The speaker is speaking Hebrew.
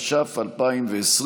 התש"ף 2020,